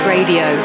Radio